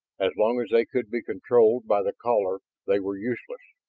as long as they could be controlled by the caller they were useless.